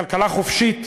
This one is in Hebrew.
כלכלה חופשית,